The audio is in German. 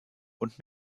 und